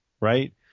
right